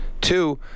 Two